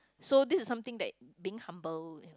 so this is something that being humble you know